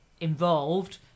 involved